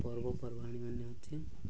ପର୍ବପର୍ବାଣିମାନ ଅଛି